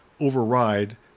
override